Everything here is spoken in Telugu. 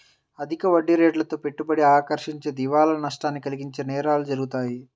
అధిక వడ్డీరేట్లతో పెట్టుబడిని ఆకర్షించి దివాలా నష్టాన్ని కలిగించే నేరాలు జరుగుతాయి